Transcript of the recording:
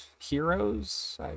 heroes